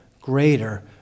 greater